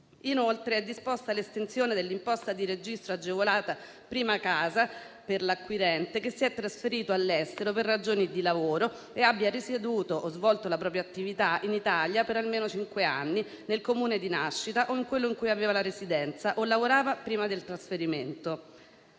Inoltre, è disposta l'estensione dell'imposta di registro agevolata prima casa per l'acquirente che si è trasferito all'estero per ragioni di lavoro e abbia risieduto o svolto la propria attività in Italia per almeno cinque anni nel Comune di nascita o in quello in cui aveva la residenza o lavorava prima del trasferimento.